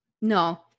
no